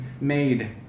made